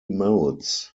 modes